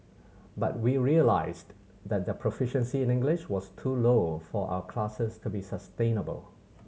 but we realised that their proficiency in English was too low for our classes to be sustainable